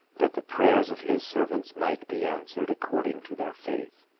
that the prayers of his servants might be answered according to their faith.